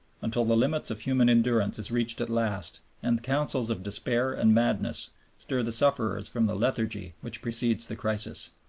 until the limit of human endurance is reached at last and counsels of despair and madness stir the sufferers from the lethargy which precedes the crisis.